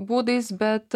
būdais bet